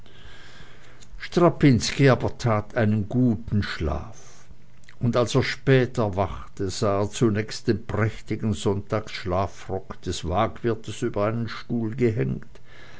aber tat einen guten schlaf und als er spät erwachte sah er zunächst den prächtigen sonntagsschlafrock des waagwirtes über einen stuhl gehängt